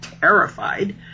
terrified